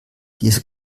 diesel